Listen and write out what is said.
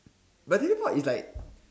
but teleport is like